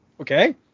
Okay